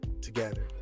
together